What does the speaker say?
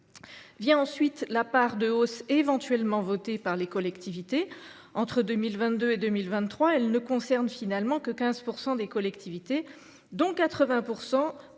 Vient ensuite la part de hausse éventuellement votée par les collectivités. Entre 2022 et 2023, elle ne concerne finalement que 15 % des collectivités, dont 80